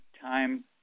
time